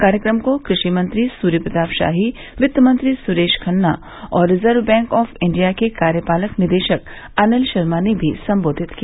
कार्यक्रम को कृषि मंत्री सूर्य प्रताप शाही वित्तमंत्री सुरेश खन्ना और रिजर्व बैंक ऑफ इंडिया के कार्यपालक निदेशक अनिल शर्मा ने भी सम्बोधित किया